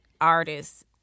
artists